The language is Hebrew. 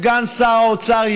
סגן שר האוצר,